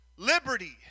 Liberty